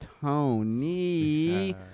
Tony